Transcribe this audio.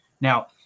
Now